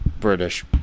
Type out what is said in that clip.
British